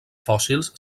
fòssils